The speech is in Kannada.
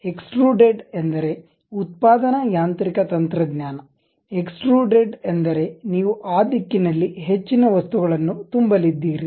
ಎಕ್ಸ್ಟ್ರುಡೆಡ್ ಎಂದರೆ ಉತ್ಪಾದನಾ ಯಾಂತ್ರಿಕ ತಂತ್ರಜ್ಞಾನ ಎಕ್ಸ್ಟ್ರುಡೆಡ್ ಎಂದರೆ ನೀವು ಆ ದಿಕ್ಕಿನಲ್ಲಿ ಹೆಚ್ಚಿನ ವಸ್ತುಗಳನ್ನು ತುಂಬಲಿದ್ದೀರಿ